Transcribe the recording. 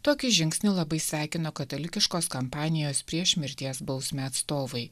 tokį žingsnį labai sveikino katalikiškos kampanijos prieš mirties bausmę atstovai